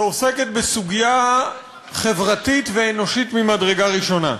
שעוסקת בסוגיה חברתית ואנושית ממדרגה ראשונה,